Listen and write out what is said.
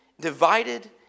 divided